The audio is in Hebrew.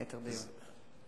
ליתר דיוק.